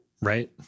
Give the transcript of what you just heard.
right